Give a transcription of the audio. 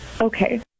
Okay